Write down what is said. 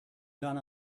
gun